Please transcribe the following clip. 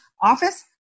office